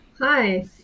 Hi